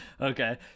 Okay